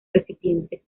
recipientes